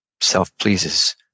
self-pleases